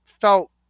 felt